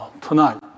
Tonight